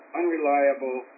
unreliable